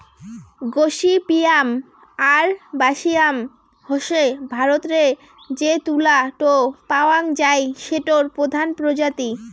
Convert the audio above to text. gossypium arboreum হসে ভারতরে যে তুলা টো পাওয়াং যাই সেটোর প্রধান প্রজাতি